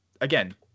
again